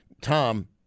Tom –